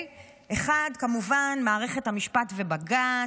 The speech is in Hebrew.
כמובן מערכת המשפט ובג"ץ,